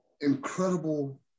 incredible